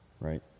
right